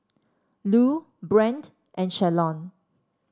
Lue Brent and Shalon